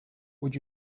would